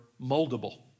moldable